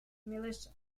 militia